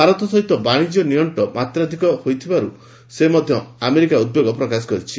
ଭାରତ ସହିତ ବାଶିକ୍ୟ ନିଅଣ୍ଟ ମାତ୍ରାଧିକ ହୋଇଥିବାରୁ ସେ ନେଇ ମଧ୍ୟ ଆମେରିକା ଉଦ୍ବେଗ ପ୍ରକାଶ କରିଛି